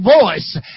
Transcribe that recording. voice